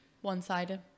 One-sided